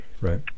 Right